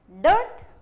dirt